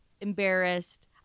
embarrassed